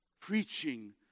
Preaching